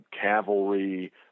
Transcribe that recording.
cavalry